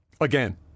Again